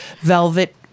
velvet